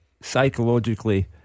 psychologically